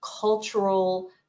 cultural